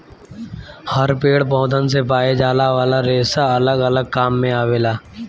हर पेड़ पौधन से पाए जाये वाला रेसा अलग अलग काम मे आवेला